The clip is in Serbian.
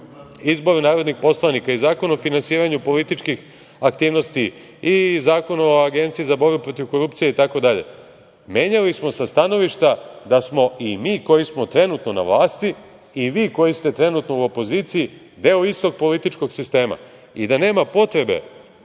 izboru narodnih poslanika i Zakon o finansiranju političkih aktivnosti i Zakon o Agenciji za borbu protiv korupcije i tako dalje. Menjali smo sa stanovišta da smo i mi koji smo trenutno na vlasti i vi koji ste trenutno u opoziciji deo istog političkog sistem i da nema potrebe